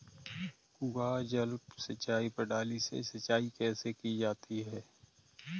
कुआँ जल सिंचाई प्रणाली से सिंचाई कैसे की जाती है?